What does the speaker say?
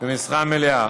במשרה מלאה.